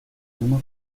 uma